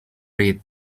read